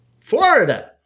Florida